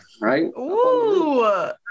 Right